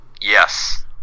Yes